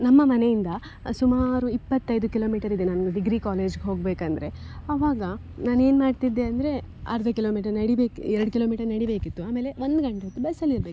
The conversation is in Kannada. ನಮ್ಮ ಮನೆಯಿಂದ ಸುಮಾರು ಇಪ್ಪತ್ತೈದು ಕಿಲೋಮೀಟರ್ ಇದೆ ನಾನು ಡಿಗ್ರಿ ಕಾಲೇಜ್ಗೆ ಹೋಗಬೇಕಂದ್ರೆ ಆವಾಗ ನಾನೇನು ಮಾಡ್ತಿದ್ದೆ ಅಂದರೆ ಅರ್ಧ ಕಿಲೋಮೀಟರ್ ನಡಿಬೇಕಿ ಎರಡು ಕಿಲೋಮೀಟರ್ ನಡಿಬೇಕಿತ್ತು ಆಮೇಲೆ ಒಂದುಗಂಟೆ ಹೊತ್ತು ಬಸ್ಸಲ್ಲಿ ಇರಬೇಕಿತ್ತು